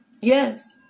Yes